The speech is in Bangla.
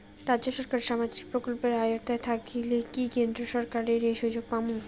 রাজ্য সরকারের সামাজিক প্রকল্পের আওতায় থাকিলে কি কেন্দ্র সরকারের ওই সুযোগ পামু?